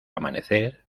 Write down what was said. amanecer